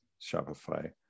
Shopify